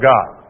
God